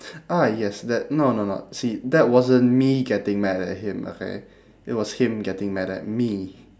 ah yes that no no no see that wasn't me getting mad at him okay it was him getting mad at me